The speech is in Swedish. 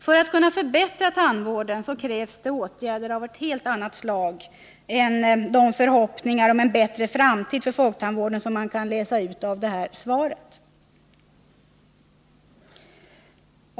För att tandvården skall kunna förbättras krävs åtgärder av ett helt annat slag än de förhoppningar om en bättre framtid för folktandvården som man kan läsa ut av det här svaret.